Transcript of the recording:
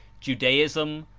judaism,